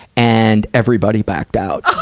and everybody backed out.